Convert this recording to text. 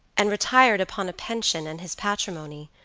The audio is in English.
and retired upon a pension and his patrimony,